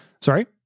Sorry